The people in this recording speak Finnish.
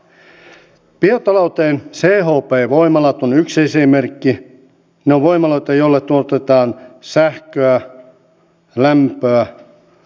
miten varmistamme sen että me todella saamme sellaisia innovaatioita jotka toteuttavat myöskin tämän hiilivarastoinnin joka tarkoittaa todella uusia tuotteita